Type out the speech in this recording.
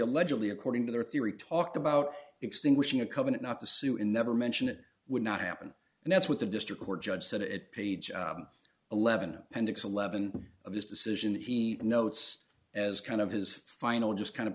allegedly according to their theory talked about extinguishing a covenant not to sue in never mention it would not happen and that's what the district court judge said it page eleven appendix eleven of his decision he notes as kind of his final just kind of